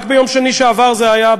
רק ביום שני שעבר זה היה,